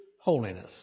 holiness